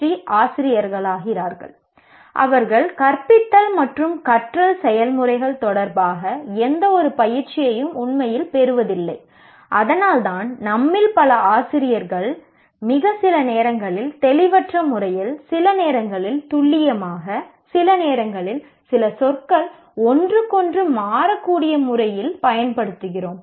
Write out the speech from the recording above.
D அவர்கள் ஆசிரியர்களாகிறார்கள் அவர்கள் கற்பித்தல் மற்றும் கற்றல் செயல்முறைகள் தொடர்பாக எந்தவொரு பயிற்சியையும் உண்மையில் பெறுவதில்லை அதனால்தான் நம்மில் பல ஆசிரியர்கள் மிக சில நேரங்களில் தெளிவற்ற முறையில் சில நேரங்களில் துல்லியமாக சில நேரங்களில் சில சொற்கள் ஒன்றுக்கொன்று மாறக்கூடிய முறையில் பயன்படுத்தப்படுத்துகின்றன